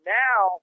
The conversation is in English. now